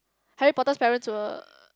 Harry-Potter's parents were